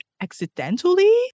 accidentally